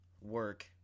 work